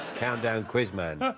countdown quiz man.